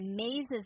amazes